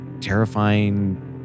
terrifying